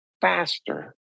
faster